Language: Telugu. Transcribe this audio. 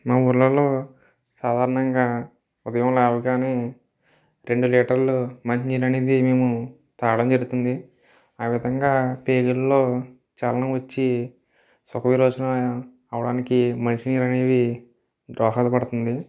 మా ఊళ్ళలో సాధారణంగా ఉదయం లేవగానే రెండు లీటర్లు మంచినీళ్ళు అనేది మేము తాగడం జరుగుతుంది ఆ విధంగా పేగులలో చలనం వచ్చి సుఖ విరోచనం అవ్వడానికి మంచినీళ్ళు అనేవి దోహద పడుతుంది